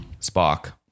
Spock